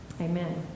Amen